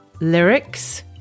lyrics